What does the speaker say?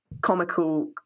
Comical